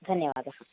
अस्तु धन्यवादः